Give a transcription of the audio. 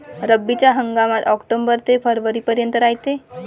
रब्बीचा हंगाम आक्टोबर ते फरवरीपर्यंत रायते